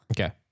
Okay